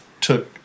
took